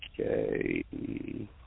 Okay